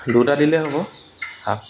দুটা দিলে হ'ব হাফ